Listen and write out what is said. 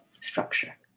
structure